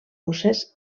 russes